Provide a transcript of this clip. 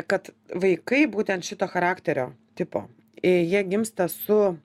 kad vaikai būtent šito charakterio tipo jie gimsta su